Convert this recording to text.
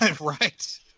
Right